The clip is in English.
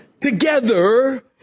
together